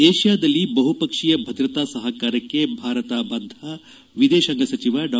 ಏಷ್ಠಾದಲ್ಲಿ ಬಹುಪಕ್ಷೀಯ ಭದ್ರತಾ ಸಹಕಾರಕ್ಕೆ ಭಾರತ ಬದ್ದ ವಿದೇಶಾಂಗ ಸಚಿವ ಡಾ